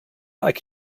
like